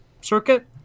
circuit